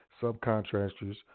subcontractors